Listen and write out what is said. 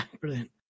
brilliant